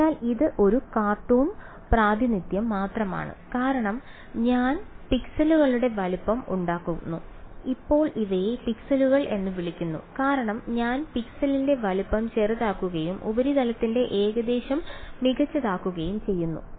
അതിനാൽ ഇത് ഒരു കാർട്ടൂൺ പ്രാതിനിധ്യം മാത്രമാണ് കാരണം ഞാൻ പിക്സലുകളുടെ വലുപ്പം ഉണ്ടാക്കുന്നു ഇപ്പോൾ ഇവയെ പിക്സലുകൾ എന്ന് വിളിക്കുന്നു കാരണം ഞാൻ പിക്സലിന്റെ വലുപ്പം ചെറുതാക്കുകയും ഉപരിതലത്തിന്റെ ഏകദേശം മികച്ചതാക്കുകയും ചെയ്യുന്നു